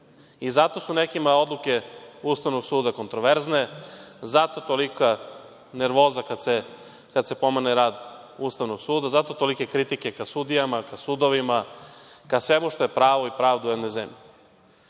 Zato su nekima odluke Ustavnog suda kontraverzne, zato tolika nervoza kada se pomene rad Ustavnog suda, zato tolike kritike ka sudijama, ka sudovima, ka svemu što je pravo i pravda u jednoj zemlji.